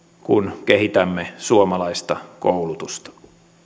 kun kehitämme suomalaista koulutusta